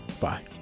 Bye